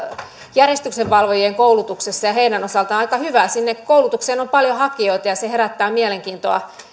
järjestyksenvalvojien koulutuksessa ja heidän osaltaan aika hyvä sinne koulutukseen on paljon hakijoita ja se herättää mielenkiintoa